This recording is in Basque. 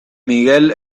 miguel